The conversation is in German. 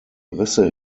risse